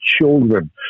children